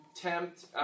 tempt